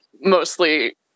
mostly